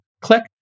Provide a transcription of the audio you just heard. Click